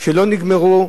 שלא נגמרו,